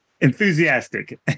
enthusiastic